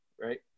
right